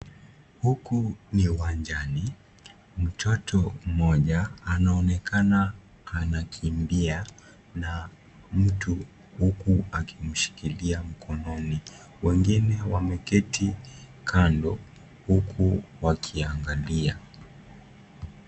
Huku ni uwanjani, mtoto mmoja anaonekana anakimbia na mtu huku akimshikilia mkononi, wengine wameketi kando huku wakiangalia,